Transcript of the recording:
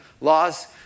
laws